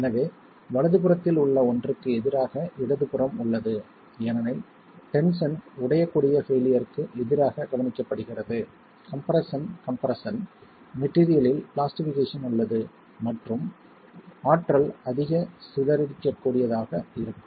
எனவே வலதுபுறத்தில் உள்ள ஒன்றுக்கு எதிராக இடதுபுறம் உள்ளது ஏனெனில் டென்ஷன் உடையக்கூடிய பெயிலியர்க்கு எதிராக கவனிக்கப்படுகிறது கம்ப்ரெஸ்ஸன் கம்ப்ரெஸ்ஸன் மெட்டிரியலில் பிளாஸ்டிஃபிகேஷன் உள்ளது மற்றும் ஆற்றல் அதிக சிதறடிக்கக்கூடியதாக இருக்கும்